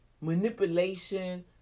manipulation